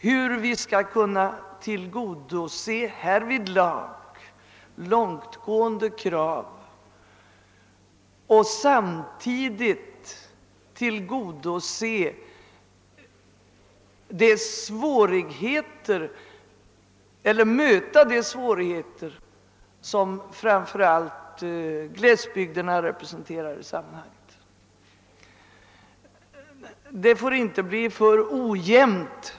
Hur skall vi härvidlag kunna tillgodose långtgående krav och samtidigt möta de svårigheter som framför allt glesbygderna representerar i detta sammanhang?